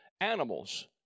animals